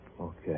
Okay